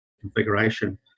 configuration